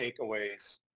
takeaways